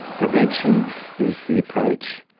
prevention is the approach.